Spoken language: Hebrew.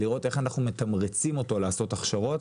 צריך לראות איך אנחנו מתמרצים אותו לעשות הכשרות,